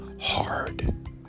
hard